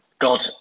God